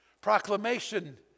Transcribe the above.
Proclamation